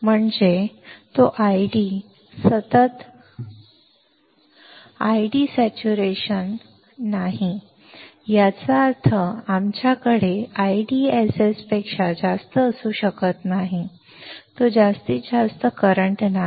म्हणजे तो आयडी सतत ID सेच्युरेशन संपृक्तता नाही याचा अर्थ आमच्याकडे IDSS पेक्षा जास्त असू शकत नाही तो जास्तीत जास्त करंट नाही